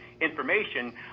information